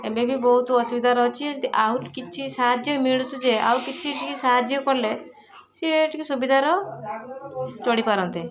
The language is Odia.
ଏବେବି ବହୁତ ଅସୁବିଧାର ଅଛି ଆଉ କିଛି ସାହାଯ୍ୟ ମିଳୁଛି ଯେ ଆଉ କିଛି ଟିକେ ସାହାଯ୍ୟ କଲେ ସିଏ ଟିକେ ସୁବିଧାର ଚଢ଼ିପାରନ୍ତେ